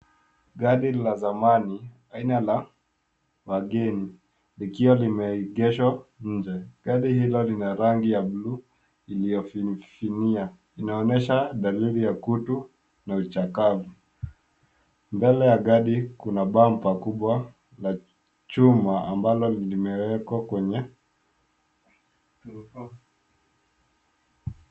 Gari la zamani aina la wageni likiwa limeegeshwa nje. Gari hilo lina rangi ya buluu iliyofifia. Inaonyesha dalili ya kutu na uchakavu. Mbele ya gari kuna bumper kubwa la chuma ambalo limewekwa.